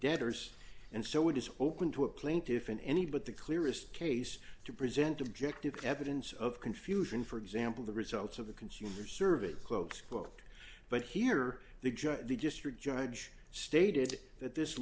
debtors and so it is open to a plaintiff in any but the clearest case to present objective evidence of confusion for example the results of the consumer survey close quote but here the judge the district judge stated that this